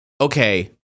okay